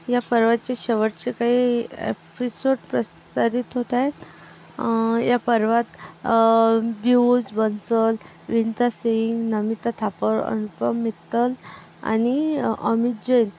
ह्या पर्वाचे शेवटचे काही एपिसोड प्रसारित होत आहेत या पर्वात पीयूष बंसल विनिता सिंग नमिता थापर अनुपम मित्तल आणि अमित जैन